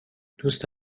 دوست